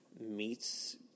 meets